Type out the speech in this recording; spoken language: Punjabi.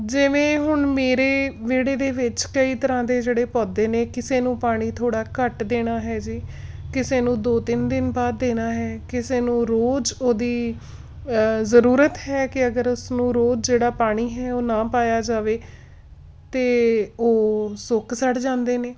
ਜਿਵੇਂ ਹੁਣ ਮੇਰੇ ਵਿਹੜੇ ਦੇ ਵਿੱਚ ਕਈ ਤਰ੍ਹਾਂ ਦੇ ਜਿਹੜੇ ਪੌਦੇ ਨੇ ਕਿਸੇ ਨੂੰ ਪਾਣੀ ਥੋੜ੍ਹਾ ਘੱਟ ਦੇਣਾ ਹੈ ਜੀ ਕਿਸੇ ਨੂੰ ਦੋ ਤਿੰਨ ਦਿਨ ਬਾਅਦ ਦੇਣਾ ਹੈ ਕਿਸੇ ਨੂੰ ਰੋਜ਼ ਉਹਦੀ ਜ਼ਰੂਰਤ ਹੈ ਕਿ ਅਗਰ ਉਸਨੂੰ ਰੋਜ਼ ਜਿਹੜਾ ਪਾਣੀ ਹੈ ਉਹ ਨਾ ਪਾਇਆ ਜਾਵੇ ਤਾਂ ਉਹ ਸੁੱਕ ਸੜ ਜਾਂਦੇ ਨੇ